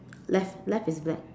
left left is black